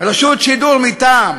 רשות שידור מטעם,